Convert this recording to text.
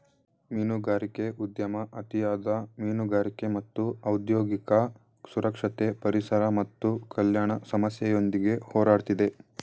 ಮೀನುಗಾರಿಕೆ ಉದ್ಯಮ ಅತಿಯಾದ ಮೀನುಗಾರಿಕೆ ಮತ್ತು ಔದ್ಯೋಗಿಕ ಸುರಕ್ಷತೆ ಪರಿಸರ ಮತ್ತು ಕಲ್ಯಾಣ ಸಮಸ್ಯೆಯೊಂದಿಗೆ ಹೋರಾಡ್ತಿದೆ